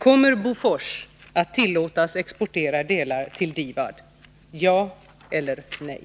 Kommer Bofors att tillåtas exportera delar till DIVAD? Ja eller nej.